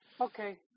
Okay